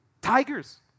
Tigers